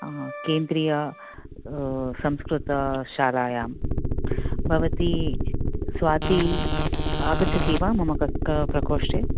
केन्द्रीयसंस्कृतशालायां भवती स्वाती आगच्छति वा मम कक् प्रकोष्ठे